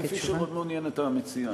כפי שמעוניינת המציעה.